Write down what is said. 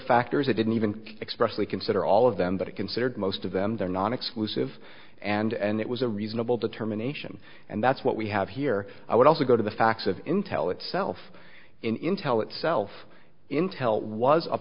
factors i didn't even expressly consider all of them but it considered most of them there non exclusive and it was a reasonable determination and that's what we have here i would also go to the facts of intel itself intel itself